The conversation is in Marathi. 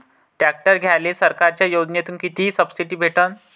ट्रॅक्टर घ्यायले सरकारच्या योजनेतून किती सबसिडी भेटन?